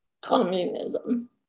communism